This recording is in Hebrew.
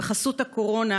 בחסות הקורונה,